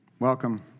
Welcome